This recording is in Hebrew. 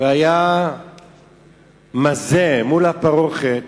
והיה מזה מול הפרוכת,